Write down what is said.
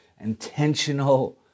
intentional